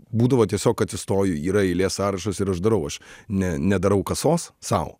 būdavo tiesiog atsistoji yra eilė sąrašas ir aš darau aš ne nedarau kasos sau